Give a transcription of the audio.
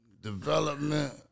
Development